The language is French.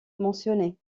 mentionné